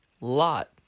lot